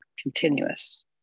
Continuous